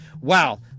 Wow